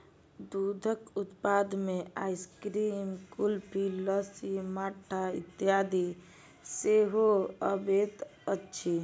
दूधक उत्पाद मे आइसक्रीम, कुल्फी, लस्सी, मट्ठा इत्यादि सेहो अबैत अछि